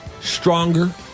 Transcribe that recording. stronger